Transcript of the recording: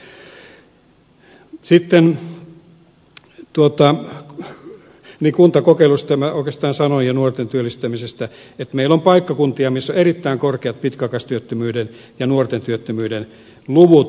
sitten kuntakokeilusta minä oikeastaan sanoin ja nuorten työllistämisestä että meillä on paikkakuntia missä on erittäin korkeat pitkäaikaistyöttömyyden ja nuorten työttömyyden luvut